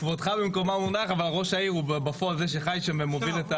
כבודך במקומו מונח אבל ראש העיר הוא בפועל זה שחי שם ומוביל.